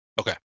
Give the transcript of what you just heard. Okay